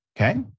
okay